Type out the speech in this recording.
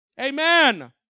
Amen